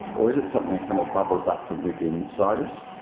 or is it something that kind of bubbles up from within inside us,